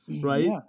right